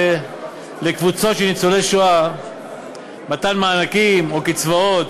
לתת לקבוצות של ניצולי השואה מענקים או קצבאות.